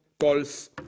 calls